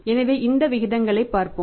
எனவே இந்த விகிதங்களை பார்ப்போம்